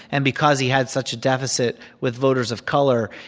and because he had such a deficit with voters of color,